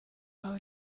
aho